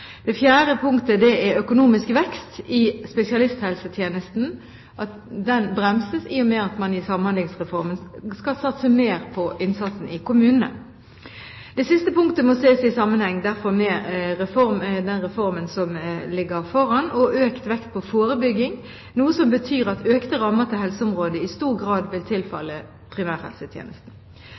Økonomisk vekst i spesialisthelsetjenesten. Den bremses, i og med at man i Samhandlingsreformen skal satse mer på innsatsen i kommunene. Det siste punktet må derfor ses i sammenheng med den reformen som ligger foran, og økt vekt på forebygging, noe som betyr at økte rammer til helseområdet i stor grad vil tilfalle primærhelsetjenesten.